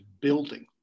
building